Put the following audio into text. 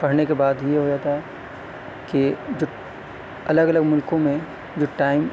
پڑھنے کے بعد یہ ہوتا ہے کہ جو الگ الگ ملکوں میں جو ٹائم